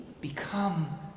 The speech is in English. become